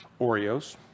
Oreos